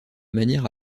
manière